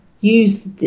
use